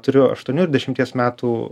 turiu aštuonių ir dešimties metų